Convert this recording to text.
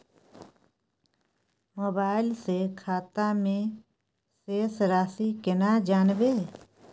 Mobile से खाता में शेस राशि केना जानबे?